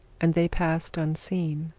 and they passed unseen.